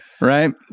right